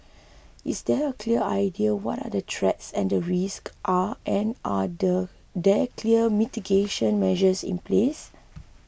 is there a clear idea what are the threats and risk are and are the there clear mitigation measures in place